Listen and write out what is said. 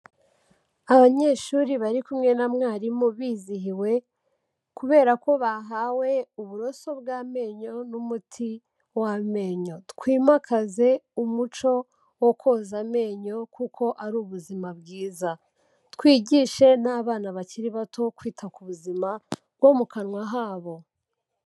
Abanyeshuri bari kumwe na mwarimu bizihiwe kubera ko bahawe uburoso bw'amenyo n'umuti w'amenyo, twimakaze umuco wo koza amenyo kuko ari ubuzima bwiza, twigishe n'abana bakiri bato kwita ku buzima bwo mu kanwa habo.